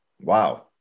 Wow